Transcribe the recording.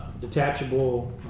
detachable